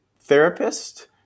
therapist